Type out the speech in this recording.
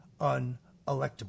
unelectable